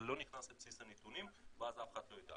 זה לא נכנס לבסיס הנתונים, ואז אף אחד לא ידע.